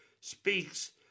speaks